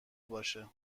باشه